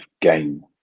gain